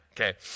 Okay